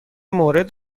مورد